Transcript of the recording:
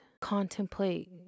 contemplate